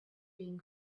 being